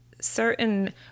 certain